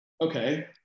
Okay